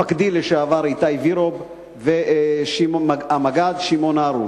שהוא מפקדי לשעבר, איתי וירוב, והמג"ד שמעון הרוש,